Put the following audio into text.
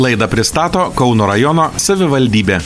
laidą pristato kauno rajono savivaldybė